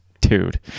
Dude